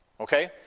Okay